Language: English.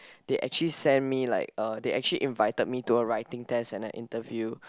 they actually send me like uh they actually invited me to a writing test and a interview